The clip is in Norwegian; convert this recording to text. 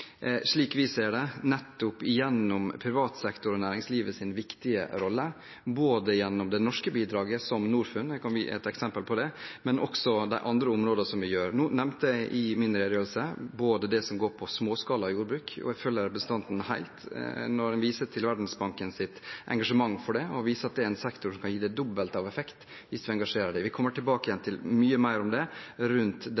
privat sektor og næringslivets viktige rolle og det norske bidraget, som Norfund. Jeg kan gi et eksempel på det, og også på de andre områdene. Nå nevnte jeg i min redegjørelse det som går på småskalajordbruk. Jeg følger representanten helt når en viser til Verdensbankens engasjement for det, og at det er en sektor som kan gi det dobbelte av effekt hvis vi engasjerer den. Vi kommer tilbake til mye mer om det